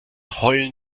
heulen